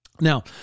Now